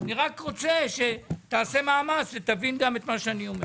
אני רק רוצה שתעשה מאמץ ותבין גם את מה שאני אומר.